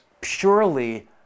purely